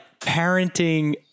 parenting